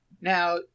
now